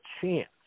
chance